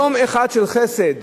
יום אחד של חסד,